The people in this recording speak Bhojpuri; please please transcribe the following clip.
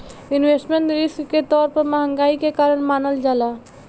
इन्वेस्टमेंट रिस्क के तौर पर महंगाई के कारण मानल जाला